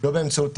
לא באמצעות